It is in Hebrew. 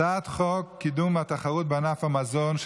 הצעת חוק קידום התחרות בענף המזון,